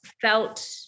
felt